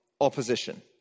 opposition